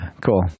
cool